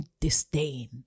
disdain